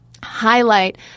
highlight